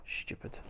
stupid